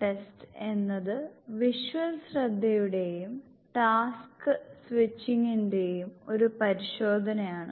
test എന്നത് visual ശ്രദ്ധയുടെയും task സ്വിച്ചിംഗിന്റെയും ഒരു പരിശോധനയാണ്